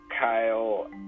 Kyle